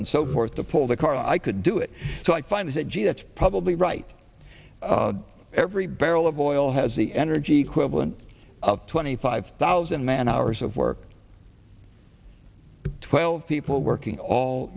and so forth to pull the car i could do it so i find that gee that's probably right every barrel of oil has the energy equivalent of twenty five thousand man hours of work twelve people working all